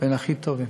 בין הכי טובים,